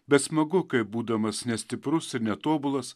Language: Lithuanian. bet smagu kai būdamas nestiprus ir netobulas